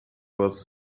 was